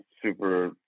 super